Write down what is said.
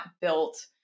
built